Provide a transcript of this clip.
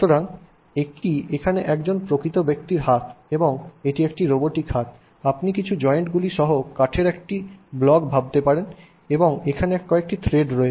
সুতরাং এটি এখানে একজন প্রকৃত ব্যক্তির হাত এবং এটি রোবোটিক হাত আপনি কিছু জয়েন্টগুলি সহ কাঠের এটির একটি ব্লক ভাবতে পারেন এবং এখানে কয়েকটি থ্রেড রয়েছে